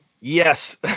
yes